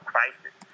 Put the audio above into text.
Crisis